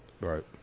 Right